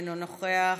אינו נוכח,